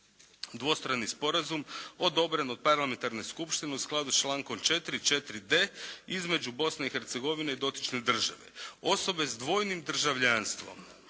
dvostrani sporazum odobren od parlamentarne skupštine u skladu sa člankom 4., 4d. između Bosne i Hercegovine i dotične države. Osobe s dvojnim državljanstvom,